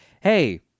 hey